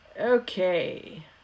Okay